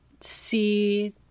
see